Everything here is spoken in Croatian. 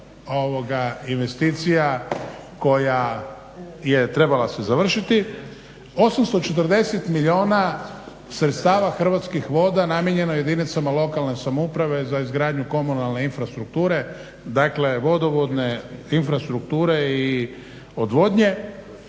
tako investicija koja je trebala se završiti. 840 milijuna sredstava hrvatskih voda namijenjeno je jedinicama lokalne samouprave za izgradnju komunalne infrastrukture dakle vodovodne infrastrukture i odvodnje.